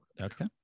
Okay